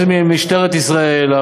משטרת ישראל,